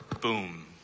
boom